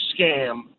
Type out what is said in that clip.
scam